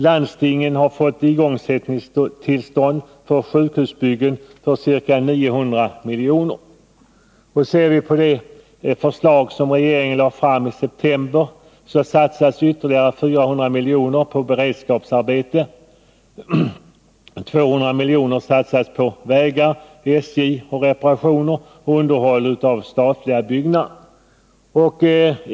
Landstingen har fått igångsättningstillstånd för sjukhusbyggen för ca 900 milj.kr. Enligt det förslag som regeringen lade fram i september satsas ytterligare 400 milj.kr. på beredskapsarbete och 200 milj.kr. på vägar, på SJ och på reparationer och underhåll av statliga byggnader.